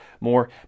more